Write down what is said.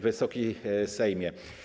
Wysoki Sejmie!